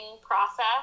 process